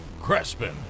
Crespin